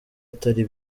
atari